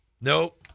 Nope